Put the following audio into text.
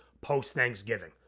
post-Thanksgiving